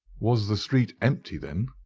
was the street empty then?